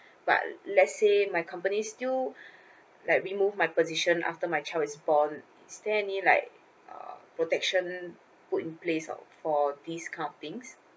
but let's say my company still like remove my position after my child is born is there any like uh protection put in place or for these kind of things